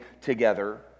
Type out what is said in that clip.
together